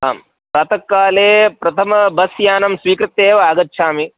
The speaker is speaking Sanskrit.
आं प्रातःकाले प्रथमं बस्यानं स्वीकृत्येव आगच्छामि